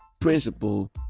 principle